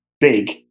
big